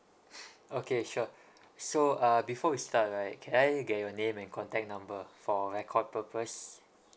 okay sure so uh before we start right can I get your name and contact number for record purpose